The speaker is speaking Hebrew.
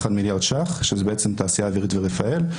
1 מיליארד ש"ח, שזה התעשייה האווירית ורפאל.